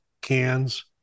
cans